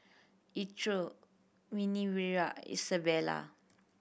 Minervia Isabela